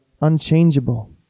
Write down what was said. unchangeable